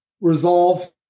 resolve